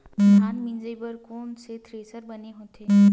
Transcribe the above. धान मिंजई बर कोन से थ्रेसर बने होथे?